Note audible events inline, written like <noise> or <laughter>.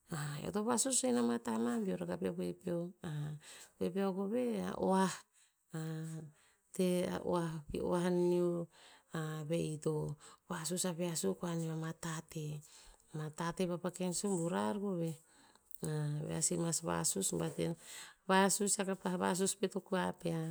<hesitation> eo to vasusuin ama tah beor rakah pe we peo. <hesitation> we peo koveh a oah <hesitation> te a oah ki oah aneo <hesitation> va'i to vasus aviah suk aneo ama tateh. Ama tateh vapa ken sumbu rar koveh. <hesitation> eve ear sih mas vasu bat en <unintelligible> vasus pet o kua pear.